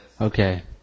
Okay